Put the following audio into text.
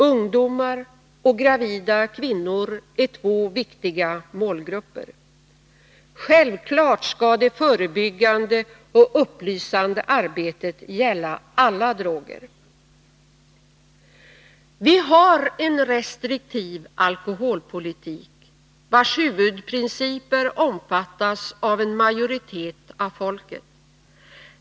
Ungdomar och gravida kvinnor är två viktiga målgrupper. Självfallet skall det förebyggande och upplysande arbetet gälla alla droger. Vi har en restriktiv alkoholpolitik, vars huvudprinciper omfattas av en majoritet av folket.